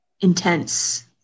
intense